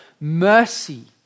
mercy